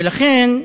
לכן,